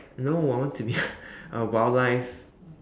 no I want to be a wildlife